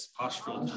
postural